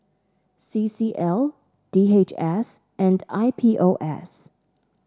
C C L D H S and I P O S